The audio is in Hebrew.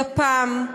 גפ"מ.